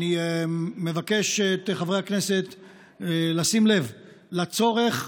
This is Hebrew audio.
אני מבקש מחברי הכנסת לשים לב לצורך,